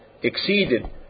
exceeded